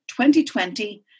2020